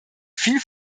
viel